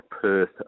Perth